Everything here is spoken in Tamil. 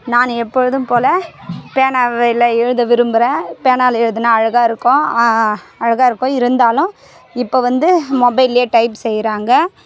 நான் எப்பொழுதும் போல் பேனாவில் எழுத விரும்புகிறேன் பேனால் எழுதினா அழகா இருக்கும் அழகா இருக்கும் இருந்தாலும் இப்போ வந்து மொபைல்லையே டைப் செய்யறாங்க